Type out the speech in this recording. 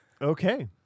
Okay